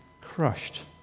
crushed